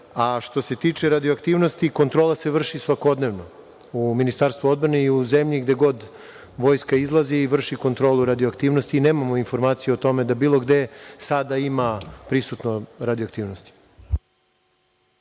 se tiče radioaktivnosti, kontrola se vrši svakodnevno u Ministarstvu odbrane i u zemlji, gde god vojska izlazi vrši kontrolu radioaktivnosti. Nemamo informaciju o tome da je bilo gde sada prisutna radioaktivnost.